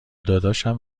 داداشم